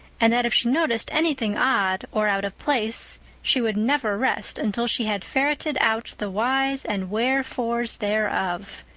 and that if she noticed anything odd or out of place she would never rest until she had ferreted out the whys and wherefores thereof.